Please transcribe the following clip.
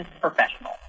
professional